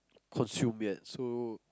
consume yet so